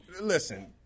listen